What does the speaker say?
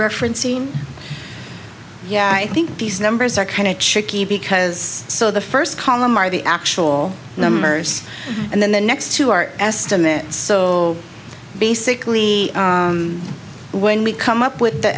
referencing yeah i think these numbers are kind of tricky because so the first column are the actual numbers and then the next two are estimates so basically when we come up with the